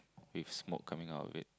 with smoke coming out of it